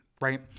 right